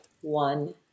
One